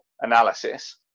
analysis